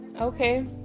okay